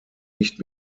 nicht